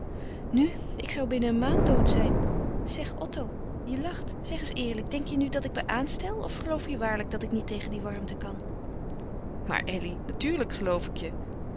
nu ik zou binnen een maand dood zijn zeg otto je lacht zeg eens eerlijk denk je nu dat ik me aanstel of geloof je waarlijk dat ik niet tegen die warmte kan maar elly natuurlijk geloof ik je